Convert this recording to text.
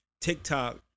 TikTok